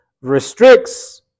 restricts